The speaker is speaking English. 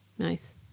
Nice